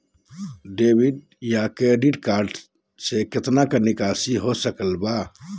Debit बोया credit card से कितना का निकासी हो सकल बा?